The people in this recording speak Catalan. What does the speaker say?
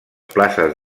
places